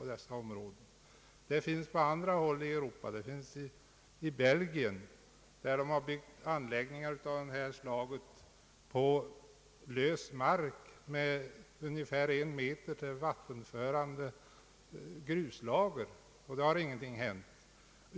På andra håll i Europa, bl.a. i Belgien, har man byggt anläggningar av detta slag på lös mark med ungefär en meter till vattenförande gruslager.